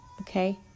okay